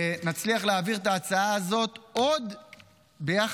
נצליח להעביר את ההצעה הזאת עוד בפגרה.